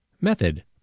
Method